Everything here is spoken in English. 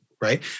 right